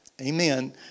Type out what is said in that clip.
amen